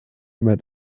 mit